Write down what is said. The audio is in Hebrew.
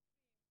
רופאים,